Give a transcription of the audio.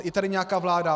Je tady nějaká vláda?